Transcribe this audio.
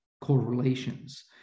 correlations